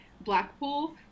Blackpool